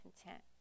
content